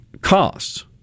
costs